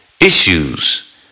issues